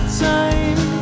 time